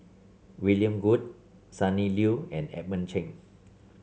William Goode Sonny Liew and Edmund Chen